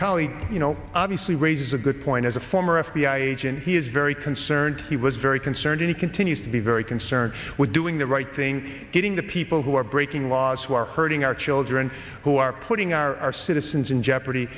colleagues you know obviously raises a good point as a former f b i agent he is very concerned he was very concerned he continues to be very concerned with doing the right thing getting the people who are breaking laws who are hurting our children who are putting our citizens in jeopardy